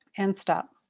and stop.